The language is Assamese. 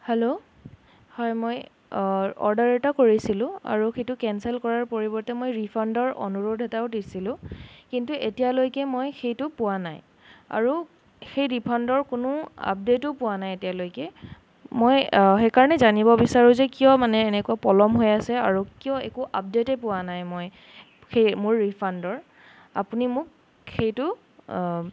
হেল্ল' হয় মই অৰ্ডাৰ এটা কৰিছিলোঁ আৰু সেইটো কেন্সেল কৰাৰ পৰিৱৰ্তে মই ৰিফাণ্ডৰ অনুৰোধ এটাও দিছিলোঁ কিন্তু এতিয়ালৈকে মই সেইটো পোৱা নাই আৰু সেই ৰিফাণ্ডৰ কোনো আপডেটো পোৱা নাই এতিয়ালৈকে মই সেইকাৰণে জানিব বিচাৰোঁ যে কিয় মানে এনেকৈ পলম হৈ আছে আৰু কিয় একো আপডেটেই পোৱা নাই মই সেই মোৰ ৰিফাণ্ডৰ আপুনি মোক সেইটো